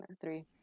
three